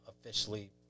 officially